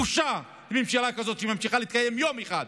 בושה, שממשלה כזאת ממשיכה להתקיים יום אחד.